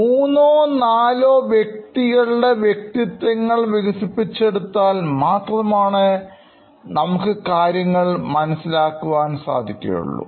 മൂന്നോ നാലോ വ്യക്തികളുടെ വ്യക്തിത്വങ്ങൾ വികസിപ്പിച്ച് എടുത്താൽ മാത്രമാണ് നമുക്ക് കാര്യങ്ങൾ മനസ്സിലാക്കാൻ സാധിക്കുകയുള്ളൂ